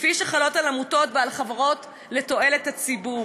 כפי שהיא חלה על עמותות ועל חברות לתועלת הציבור,